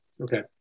Okay